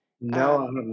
No